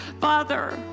father